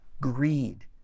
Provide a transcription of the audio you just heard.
greed